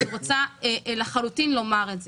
אני רוצה לומר את זה,